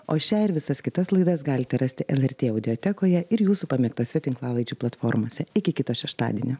o šią ir visas kitas laidas galite rasti lrt audotekoje ir jūsų pamėgtose tinklalaidžių platformose iki kito šeštadienio